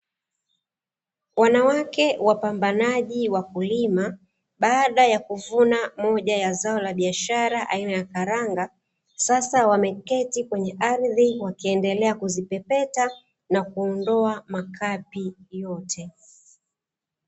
Wanawake wapambanaji wakulima baada ya kuvuna moja ya zao la biashara aina ya karanga, sasa wameketi kwenye ardhi wakiendelea kuzipepeta na kuondoa makapi yote.